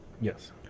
yes